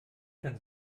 kann